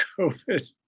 COVID